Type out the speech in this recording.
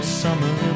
summer